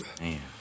Man